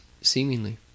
seemingly